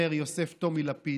אומר יוסף טומי לפיד,